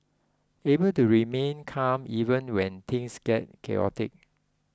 able to remain calm even when things get chaotic